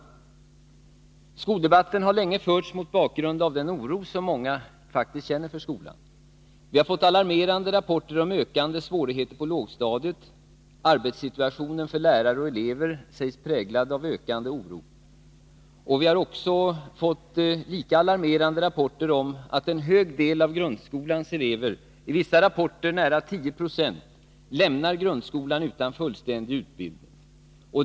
Under lång tid har skoldebatten förts mot bakgrund av den oro många medborgare känner för skolan. Alarmerande rapporter har kommit om ökande svårigheter på lågstadiet — arbetssituationen för lärare och elever sägs präglad av ökande oro. Vi har också fått lika alarmerande rapporter om att det är en hög andel av grundskolans elever, enligt vissa rapporter nära 10 90, som lämnar grundskolan utan fullständig utbildning.